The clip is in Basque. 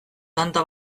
tanta